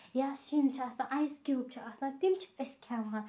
یا شین چھُ آسان اَیِس کیٚوب چھُ آسان تِم چھِ أسۍ کھیٚوان